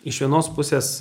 iš vienos pusės